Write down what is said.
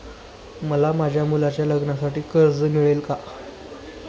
मला माझ्या मुलाच्या लग्नासाठी कर्ज मिळेल का?